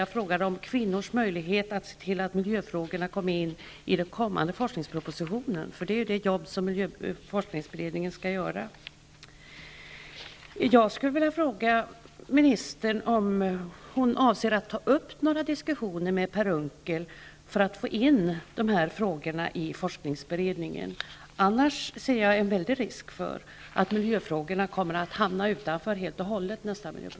Jag frågade om kvinnors möjlighet att se till att miljöfrågorna tas med i den kommande forskningspropositionen. Det är det arbetet forskningsberedningen skall göra. Avser ministern att ta upp några diskussioner med Per Unckel om att få med dessa frågor i forskningsberedningen? Annars ser jag en stor risk för att miljöfrågorna inte kommer med i nästa forskningsproposition.